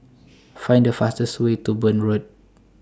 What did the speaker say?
Find The fastest Way to Burn Road